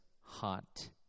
hot